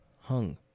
hung